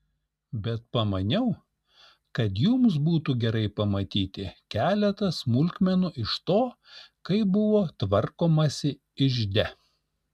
bet pamaniau kad jums būtų gerai pamatyti keletą smulkmenų iš to kaip buvo tvarkomasi ižde